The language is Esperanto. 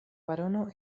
barono